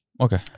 Okay